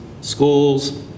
schools